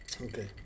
Okay